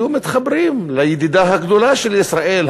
היו מתחברות לידידה הגדולה של ישראל,